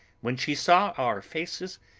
when she saw our faces,